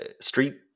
Street